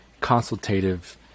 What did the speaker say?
consultative